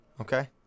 Okay